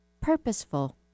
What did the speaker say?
purposeful